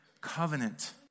covenant